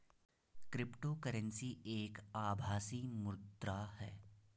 crypto currency एक आभासी मुद्रा है